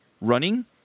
running